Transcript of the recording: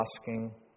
asking